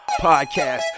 Podcast